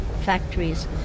factories